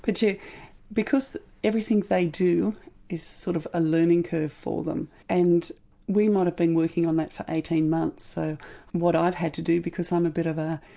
but because everything they do is sort of a learning curve for them and we might have been working on that for eighteen months, so what i've had to do because i'm a bit of a.